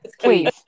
please